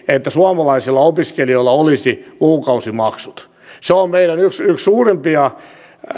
että suomalaisilla opiskelijoilla olisi lukukausimaksut se on yksi meidän suurimpia